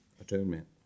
atonement